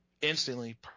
instantly